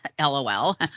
LOL